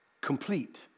complete